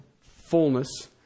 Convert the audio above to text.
fullness